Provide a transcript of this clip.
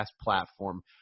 platform